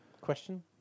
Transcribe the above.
Question